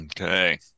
Okay